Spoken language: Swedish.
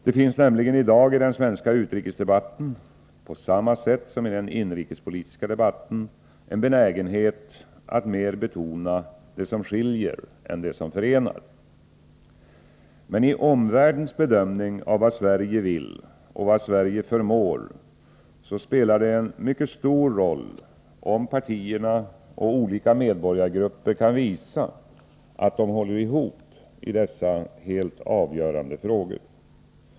Det finns nämligen i dag i den svenska utrikesdebatten — på samma sätt som i den inrikespolitiska debatten — en benägenhet att mer betona det som skiljer än det som förenar. Men i omvärldens bedömning av vad Sverige vill och vad Sverige förmår spelar det en mycket stor roll, om partierna och olika medborgargrupper kan visa att de håller ihop i dessa helt avgörande frågor.